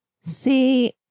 See